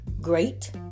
great